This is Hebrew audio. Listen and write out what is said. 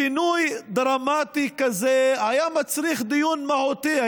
שינוי דרמטי כזה היה מצריך דיון מהותי.